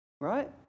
right